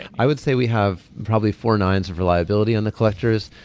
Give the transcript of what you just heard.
i would say we have probably four nines of reliability on the collectors,